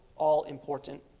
all-important